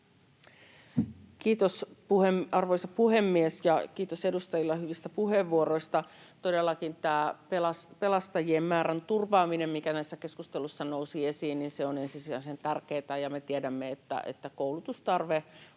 Kiitos, arvoisa puhemies! Ja kiitos edustajille hyvistä puheenvuoroista. Todellakin tämä pelastajien määrän turvaaminen, mikä tässä keskustelussa nousi esiin, on ensisijaisen tärkeätä, ja me tiedämme, että koulutustarve